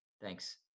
Thanks